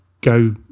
go